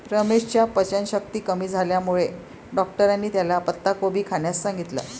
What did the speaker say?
रमेशच्या पचनशक्ती कमी झाल्यामुळे डॉक्टरांनी त्याला पत्ताकोबी खाण्यास सांगितलं